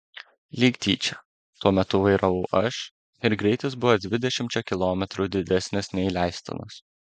lyg tyčia tuo metu vairavau aš ir greitis buvo dvidešimčia kilometrų didesnis nei leistinas